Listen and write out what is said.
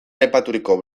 aipaturiko